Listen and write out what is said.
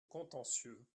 contentieux